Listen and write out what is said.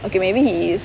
okay maybe he is